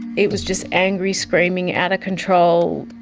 it was just angry screaming, out of control,